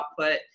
output